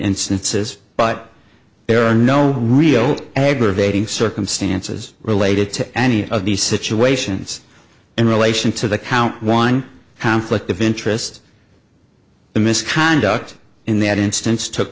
instances but there are no real eber of dating circumstances related to any of these situations in relation to the count one conflict of interest the misconduct in that instance took